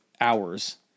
hours